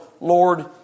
Lord